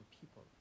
people